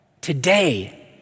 today